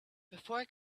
before